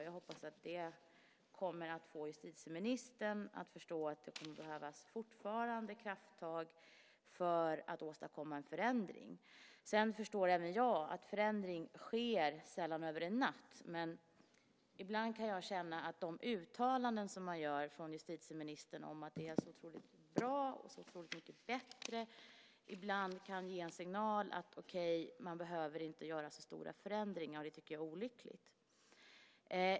Jag hoppas att det får justitieministern att förstå att det fortfarande kommer att behövas krafttag för att åstadkomma en förändring. Även jag förstår att förändringar sällan sker över en natt, men ibland kan jag känna att de uttalanden som justitieministern gör om att det är så otroligt bra och så otroligt mycket bättre kan ge en signal om att man inte behöver göra så stora förändringar. Det tycker jag är olyckligt.